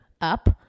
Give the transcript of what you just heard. up